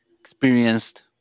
experienced